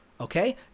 okay